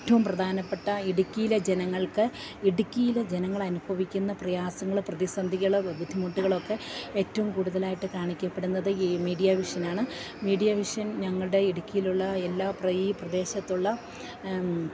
ഏറ്റവും പ്രധാനപ്പെട്ട ഇടുക്കീയിലെ ജനങ്ങൾക്ക് ഇടുക്കിയിലെ ജനങ്ങൾ അനുഭവിക്കുന്ന പ്രയാസങ്ങൾ പ്രതിസന്ധികൾ ബുദ്ധിമുട്ടുകളൊക്കെ ഏറ്റവും കൂടുതലായിട്ട് കാണിക്കപ്പെടുന്നത് ഈ മീഡിയ വിഷനാണ് മീഡിയ വിഷൻ ഞങ്ങളുടെ ഇടുക്കിയിലുള്ള എല്ലാ ഈ പ്രദേശത്തുള്ള